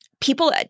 people